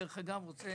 דרך אגב, אני רוצה